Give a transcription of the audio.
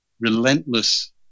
relentless